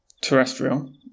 terrestrial